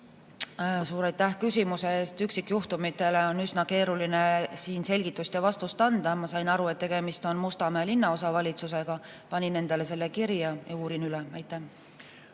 Suur aitäh küsimuse eest! Üksikjuhtumitele on üsna keeruline siin selgitust ja vastust anda. Ma sain aru, et tegemist on Mustamäe linnaosavalitsusega. Panin selle endale kirja ja uurin järele.